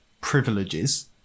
privileges